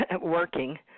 working